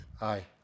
Aye